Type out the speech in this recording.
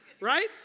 right